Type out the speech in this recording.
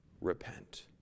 repent